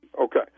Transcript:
Okay